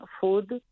food